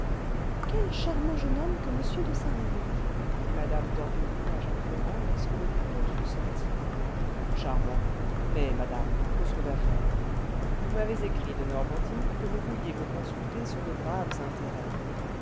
quel charmant jeune homme que m de saint-remy dit mme d'orbigny à jacques ferrand lorsque le vicomte fut sorti charmant mais madame causons d'affaires vous m'avez écrit de normandie que vous vouliez me consulter sur de graves intérêts